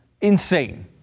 insane